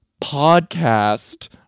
podcast